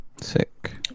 Sick